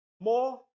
more